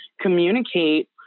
communicate